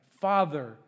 father